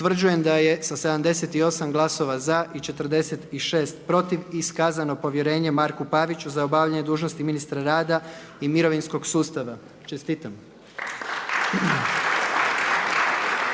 Utvrđujem da je sa 78 glasova za i 46 protiv iskazano povjerenje Lovri Kuščeviću za obavljanje dužnosti ministra uprave. Čestitam.